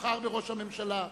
תבחר בראש הממשלה,